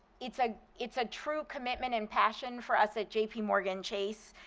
it's ah it's a true commitment and passion for us at jpmorgan chase,